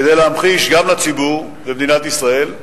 כדי להמחיש, גם לציבור במדינת ישראל,